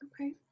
Okay